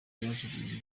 yaje